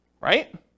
right